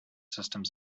systems